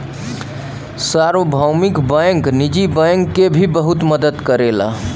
सार्वभौमिक बैंक निजी बैंक के भी बहुत मदद करला